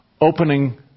opening